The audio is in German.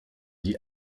die